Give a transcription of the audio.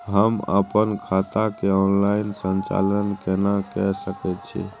हम अपन खाता के ऑनलाइन संचालन केना के सकै छी?